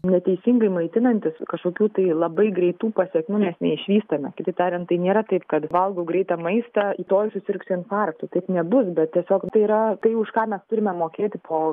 neteisingai maitinantis kažkokių tai labai greitų pasekmių mes neišvystame kitaip tariant tai nėra taip kad valgau greitą maistą rytoj susirgsiu infarktu taip nebus bet tiesiog tai yra tai už ką mes turime mokėti po